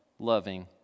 loving